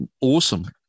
awesome